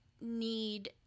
need